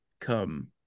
come